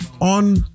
on